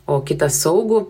o kitą saugų